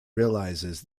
realizes